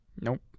Nope